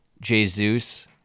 Jesus